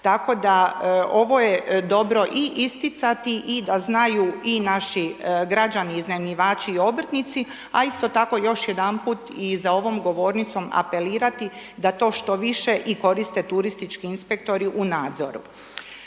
Tako da ovo je dobro i isticati i da znaju i naši građani, iznajmljivači i obrtnici. A isto tako još jedanput i za ovom govornicom apelirati da to što više i koriste turistički inspektori u nadzor.